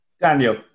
Daniel